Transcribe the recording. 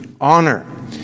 Honor